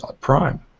Prime